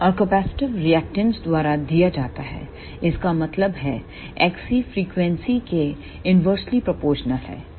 और capacitive reactance द्वारा दिया जाता है इसका मतलब है XC फ्रीक्वेंसी के इनवर्सली प्रपोर्शनल है